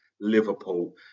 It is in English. Liverpool